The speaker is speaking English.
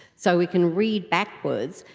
so we can read backwards,